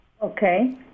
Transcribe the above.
Okay